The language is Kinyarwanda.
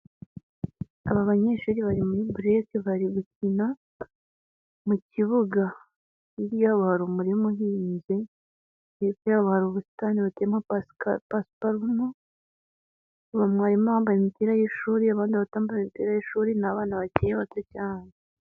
Aba banyeshuri bari muri bureke bari gukina mu kibuga. Hirya yabo hari umurima uhinze, hirya yabo hari ubusitani buteyemo pasipalumu, harimo abambaye imipira y'ishuri, abandi batambaye imipira y'ishuri, ni abana bakiri bato cyane.